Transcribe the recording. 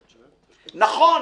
נכון,